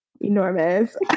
enormous